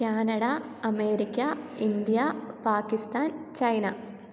Canada America India Pakistan China